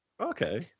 Okay